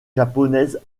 japonaise